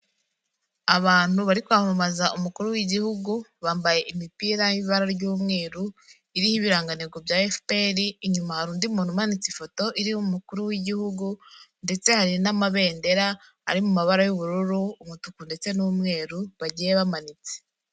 Abantu bari kwamamaza umukuru w'igihugu, bambaye imipira y'ibara ry'umweru, iriho ibirangantego bya FPR, inyuma hari undi muntu umanitse ifoto iriho umukuru w'Igihugu ndetse hari n'amabendera ari mu mabara y'ubururu, umutuku ndetse n'umweru, bagiye bamanitse.